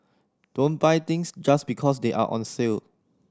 don't buy things just because they are on sale